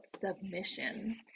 submission